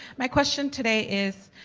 my question today is,